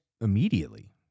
immediately